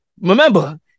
Remember